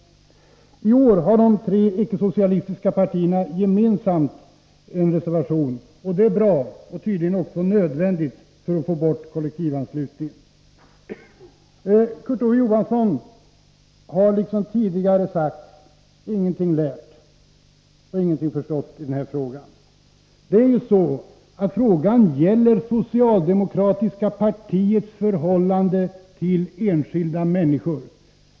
I år har de tre icke-socialistiska partierna en gemensam reservation, och det är bra och tydligen också nödvändigt för att få bort kollektivanslutningen. Kurt Ove Johansson har, som tidigare sagts, ingenting lärt och ingenting förstått i den här frågan. Den gäller ju det socialdemokratiska partiets förhållande till enskilda människor.